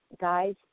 Guys